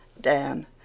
Dan